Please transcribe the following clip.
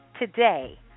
today